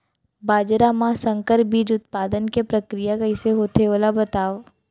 बाजरा मा संकर बीज उत्पादन के प्रक्रिया कइसे होथे ओला बताव?